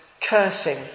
cursing